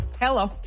Hello